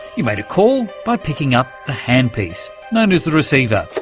you made a call by picking up the hand piece, known as the receiver.